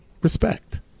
respect